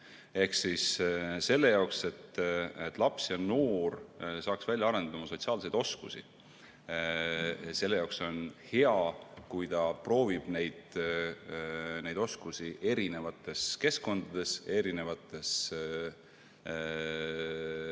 Ehk selle jaoks, et laps ja noor saaks välja arendada oma sotsiaalseid oskusi, on hea, kui ta proovib neid oskusi erinevates keskkondades, erinevates